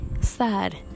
sad